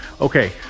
okay